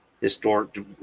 historic